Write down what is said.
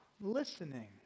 listening